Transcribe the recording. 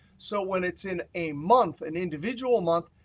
so when it's in a month, an individual month,